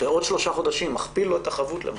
בעוד שלושה חודשים, למעשה מכפיל לו את החבות.